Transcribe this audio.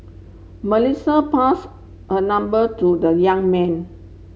Melissa pass her number to the young man